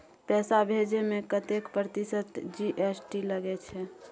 पैसा भेजै में कतेक प्रतिसत जी.एस.टी लगे छै?